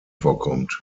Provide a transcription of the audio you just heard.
vorkommt